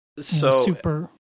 super